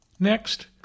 Next